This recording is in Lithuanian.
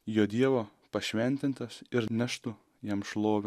jo dievo pašventintas ir neštų jam šlovę